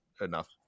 enough